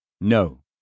No